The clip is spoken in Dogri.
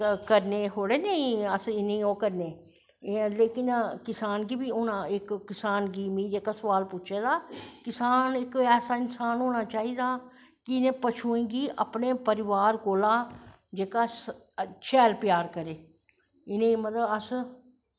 ते करनें थोड़े अस इनेंगी ओह् करनें कि लेकिन किसान गी बी मिगी जेह्का सोआल पुच्चे दा किसान इक ऐसा इंसान होनां चाही दा कि इनें पशुएं गी अपनें परिवार कोला दा जेह्ॅका सैल प्यार करे इनेंगी मतलव अस